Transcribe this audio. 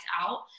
out